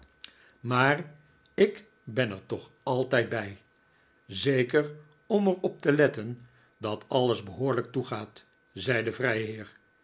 geboord ik ben er toch altijd bij zeker om er op te letten dat alles behoorlijk toegaat